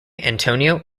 antonio